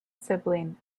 sibling